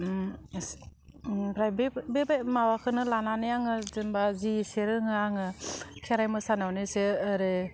ओमफ्राय बे बे माबाखौनो लानानै आङो जेनेबा जि इसे रोङो आङो खेराइ मोसानायावनो जे ओरै